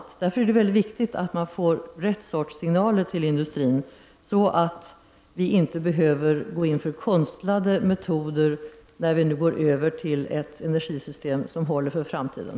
Jag tycker att det är mycket viktigt att man ger rätt sorts signaler till industrin, så att vi inte behöver gå in för konstlade metoder när vi nu går över till ett energisystem som håller för framtiden.